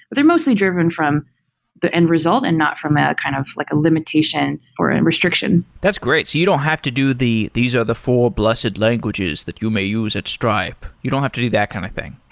they're mostly driven from the end result and not from a kind of like a limitation, or a restriction that's great. you don't have to do the these are the four blessed languages that you may use at stripe. you don't have to do that kind of thing?